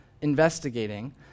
investigating